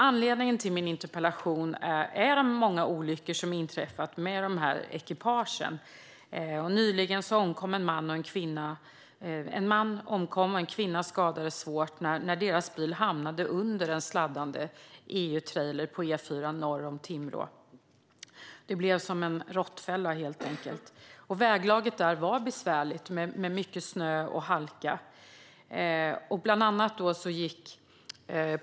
Anledningen till min interpellation är alltså de många olyckor som har inträffat med de här ekipagen. Nyligen omkom en man och en kvinna skadades svårt när deras bil hamnade under en sladdande EU-trailer på E4 norr om Timrå. Det blev som en råttfälla, helt enkelt. Väglaget var besvärligt med mycket snö och halka.